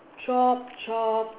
chop chop